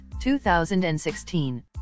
2016